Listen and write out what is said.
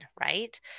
right